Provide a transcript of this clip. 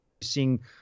seeing